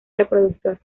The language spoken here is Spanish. reproductor